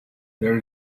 there